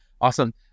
Awesome